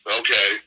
okay